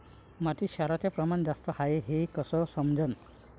मातीत क्षाराचं प्रमान जास्त हाये हे कस समजन?